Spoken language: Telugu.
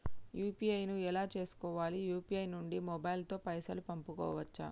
యూ.పీ.ఐ ను ఎలా చేస్కోవాలి యూ.పీ.ఐ నుండి మొబైల్ తో పైసల్ పంపుకోవచ్చా?